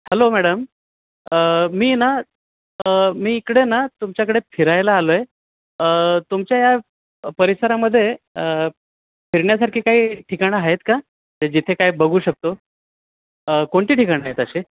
hello madam मी ना मी इकडे ना तुमच्याकडे फिरायला आलो आहे तुमच्या या परिसरामध्ये फिरण्यासारखी काही ठिकाणं आहेत का जिथे काय बघू शकतो कोणती ठिकाण आहेत तसे